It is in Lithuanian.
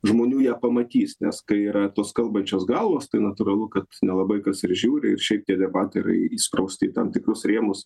žmonių ją pamatys nes kai yra tos kalbančios galvos tai natūralu kad nelabai kas ir žiūri ir šiaip tie debatai yra įsprausti į tam tikrus rėmus